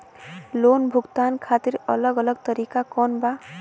Loan भुगतान खातिर अलग अलग तरीका कौन बा?